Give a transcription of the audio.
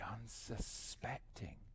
unsuspecting